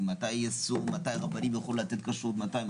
מתי הרבנים יוכלו לתת כשרות מתי?